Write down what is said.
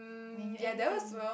when you anti